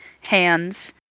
hands